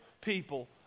people